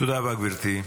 תודה רבה, גברתי.